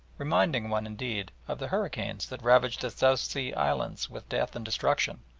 reminding one, indeed, of the hurricanes that ravage the south sea islands with death and destruction,